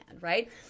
right